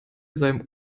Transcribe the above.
seinem